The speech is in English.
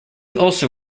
also